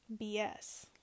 BS